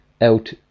out